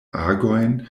agojn